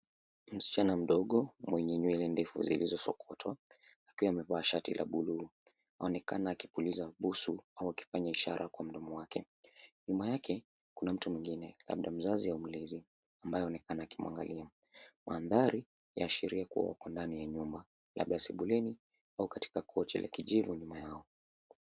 Msichana mdogo mwenye nywele ndefu zilizo sokotwa akiwa amevaa shati la buluu aonekana akipuliza busu au akifanya ishara kwa mdomo wake. Nyuma yake kuna mtu mwingine labda mzazi au mlezi ambaye aonekana akimwangalia. Mandhari yaashiria kua wako ndani ya nyumba labda sebuleni au katika kochi la kiijivu nyuma yao.